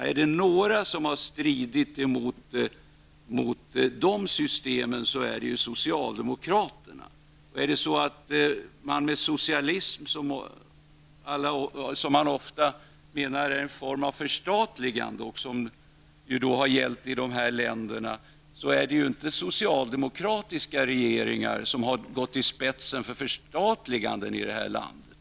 Om det är några som har stridit emot dessa system så är det socialdemokraterna. Ofta menar man ju att socialism är en form av förstatligande och detta har ju gällt i de östeuropeiska länderna. Det är inte socialdemokratiska regeringar som har gått i spetsen förstatliganden i de här landet.